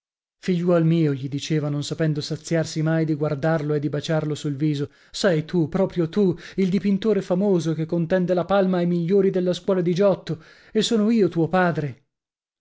tutti figliuol mio gli dicea non sapendo saziarsi mai di guardarlo e di baciarlo sul viso sei tu proprio tu il dipintore famoso che contende la palma ai migliori della scuola di giotto e sono io tuo padre